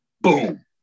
boom